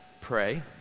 pray